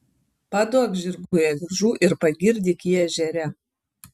paduok žirgui avižų ir pagirdyk jį ežere